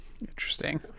Interesting